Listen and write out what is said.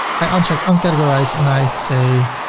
i uncheck uncategorized, and i say